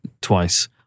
Twice